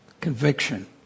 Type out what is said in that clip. conviction